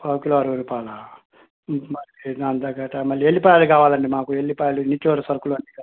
పావు కిలో అరవై రూపాయలా అందాకట మళ్ళీ వెల్లుల్లిపాయలు కావాలండి మాకు వెల్లుల్లిపాయలు నిత్యావసర సరుకులు అన్నీ కావాలి